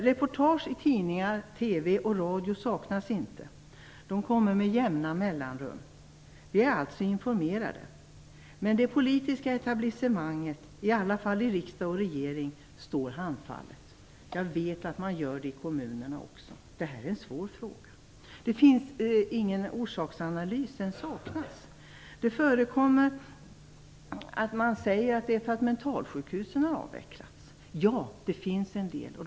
Reportage i tidningar, TV och radio saknas inte, sådana kommer med jämna mellanrum. Vi är alltså informerade. Det politiska etablissemanget - åtminstone i riksdag och regering - står handfallet. Jag vet att man gör det i kommunerna också. Det här är en svår fråga. Det finns ingen orsaksanalys. Den saknas. Det förekommer att man säger att det här beror på att mentalsjukhusen har avvecklats. Det finns några hemlösa som kommer från mentalsjukhusen.